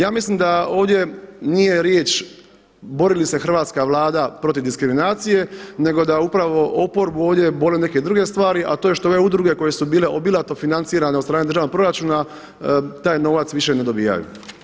Ja mislim da ovdje nije riječ bori li se hrvatska Vlada protiv diskriminacije nego da upravo oporbu ovdje bole neke druge stvari a to je što ove udruge koje su bile obilato financirane od strane državnog proračuna taj novac više ne dobivaju.